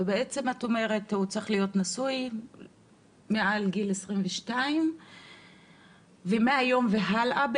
הוא צריך להיות נשוי ומעל גיל 22. זה מהיום והלאה,